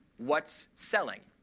what's selling?